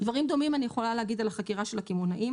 דברים דומים אני יכולה להגיד על החקירה של הקמעונאים.